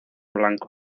blanco